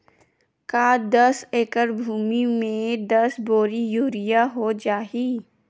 का दस एकड़ भुमि में दस बोरी यूरिया हो जाही?